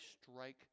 strike